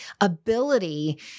ability